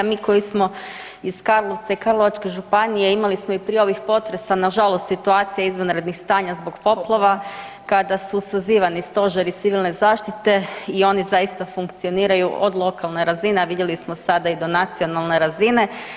Mi koji smo iz Karlovca i Karlovačke županije imali smo i prije ovih potresa nažalost situacija izvanrednih stanja zbog poplava kada su sazivani stožeri civilne zaštite i oni zaista funkcioniraju od lokalne razine, a vidjeli smo sada i do nacionalne razine.